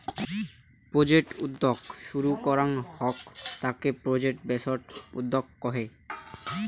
project উদ্যোক্তা শুরু করাঙ হউক তাকে প্রজেক্ট বেসড উদ্যোক্তা কহে